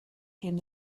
came